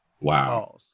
Wow